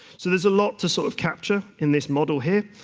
so there's a lot to sort of capture in this model here.